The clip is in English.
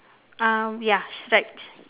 uh ya stripes